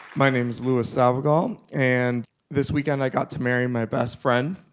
my name's lewis salvagul. and this weekend, i got to marry my best friend